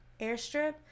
airstrip